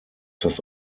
das